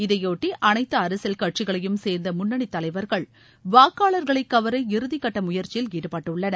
இதையொட்டி அனைத்து அரசியல் கட்சிகளையும் சேர்ந்த முன்னணி தலைவர்கள் வாக்காளர்களை கவர இறுதி கட்ட முயற்சியில் ஈடுபட்டுள்ளனர்